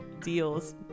deals